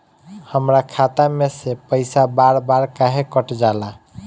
हमरा खाता में से पइसा बार बार काहे कट जाला?